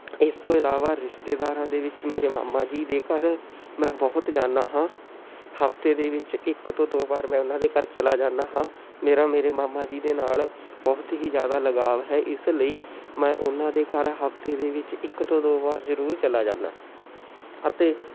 ਇਸ ਤੋਂ ਇਲਾਵਾ ਰਿਸ਼ਤੇਦਾਰਾਂ ਦੇ ਵਿੱਚ ਮੇਰੇ ਮਾਮਾ ਜੀ ਦੇ ਘਰ ਮੈਂ ਬਹੁਤ ਜਾਂਦਾ ਹਾਂ ਹਫਤੇ ਦੇ ਵਿੱਚ ਇੱਕ ਤੋਂ ਦੋ ਵਾਰ ਮੈਂ ਉਹਨਾਂ ਦੇ ਘਰ ਚਲਾ ਜਾਂਦਾ ਹਾਂ ਮੇਰਾ ਮੇਰੇ ਮਾਮਾ ਜੀ ਦੇ ਨਾਲ ਬਹੁਤ ਹੀ ਜ਼ਿਆਦਾ ਲਗਾਵ ਹੈ ਇਸ ਲਈ ਮੈਂ ਉਹਨਾਂ ਦੇ ਘਰ ਹਫਤੇ ਦੇ ਵਿੱਚ ਇੱਕ ਤੋਂ ਦੋ ਵਾਰ ਜ਼ਰੂਰ ਚਲਾ ਜਾਂਦਾ ਅਤੇ